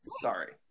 sorry